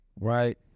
right